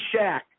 Shaq